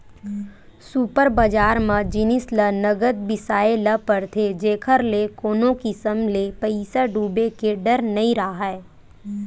super बजार म जिनिस ल नगद बिसाए ल परथे जेखर ले कोनो किसम ले पइसा डूबे के डर नइ राहय